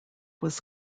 was